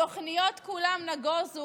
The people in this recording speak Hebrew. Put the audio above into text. התוכניות כולן נגוזו,